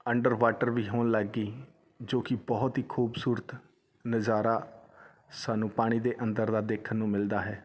under water ਵੀ ਹੋਣ ਲੱਗ ਗਈ ਜੋ ਕਿ ਬਹੁਤ ਹੀ ਖੂਬਸੂਰਤ ਨਜ਼ਾਰਾ ਸਾਨੂੰ ਪਾਣੀ ਦੇ ਅੰਦਰ ਦਾ ਦੇਖਣ ਨੂੰ ਮਿਲਦਾ ਹੈ